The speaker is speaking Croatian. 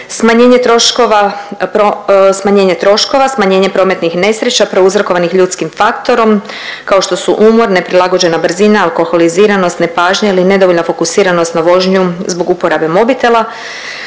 smanjenje troškova, smanjenje prometnih nesreća prouzrokovanih ljudskim faktorom kao što su umor, neprilagođena brzina, alkoholiziranost, nepažnja ili nedovoljna fokusiranost za vožnju zbog uporabe mobitela,